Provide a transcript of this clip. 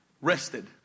rested